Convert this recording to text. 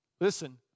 Listen